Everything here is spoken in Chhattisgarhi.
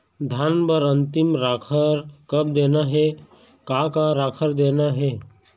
धान बर अन्तिम राखर कब देना हे, का का राखर देना हे?